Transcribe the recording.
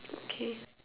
okay